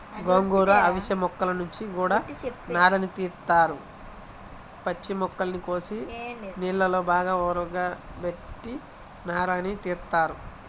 గోంగూర, అవిశ మొక్కల నుంచి గూడా నారని తీత్తారు, పచ్చి మొక్కల్ని కోసి నీళ్ళలో బాగా ఊరబెట్టి నారని తీత్తారు